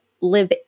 live